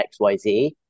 XYZ